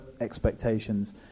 expectations